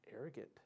arrogant